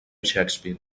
shakespeare